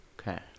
Okay